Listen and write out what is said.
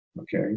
okay